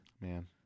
Man